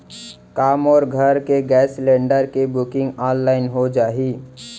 का मोर घर के गैस सिलेंडर के बुकिंग ऑनलाइन हो जाही?